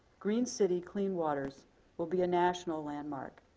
green city, clean waters will be a national landmark.